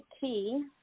Key